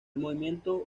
movimiento